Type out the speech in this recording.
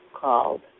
called